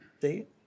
date